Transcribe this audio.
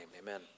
amen